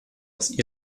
aus